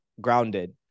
grounded